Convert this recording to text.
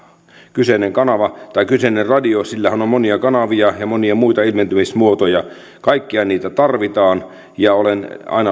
kyseinen kanava tai kyseinen radio sillähän on monia kanavia ja monia muita ilmentymismuotoja kaikkia niitä tarvitaan olen aina ollut